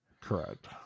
Correct